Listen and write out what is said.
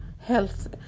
health